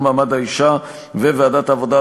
מעמד האישה ולשוויון מגדרי וועדת העבודה,